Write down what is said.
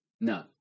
No